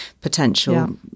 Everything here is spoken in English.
potential